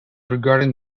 regarding